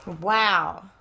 Wow